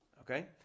Okay